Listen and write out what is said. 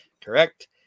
Correct